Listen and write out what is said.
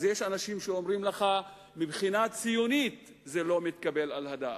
אז יש אנשים שאומרים לך שמבחינה ציונית זה לא מתקבל על הדעת,